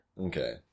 Okay